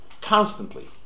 constantly